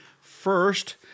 first